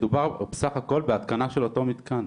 מדובר פה בסך הכל בהתקנה של אותו מתקן.